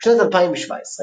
בשנת 2017,